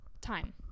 Time